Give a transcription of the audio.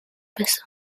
besson